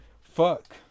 Fuck